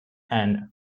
and